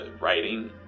writing